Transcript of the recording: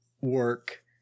work